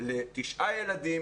לתשעה ילדים